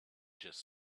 just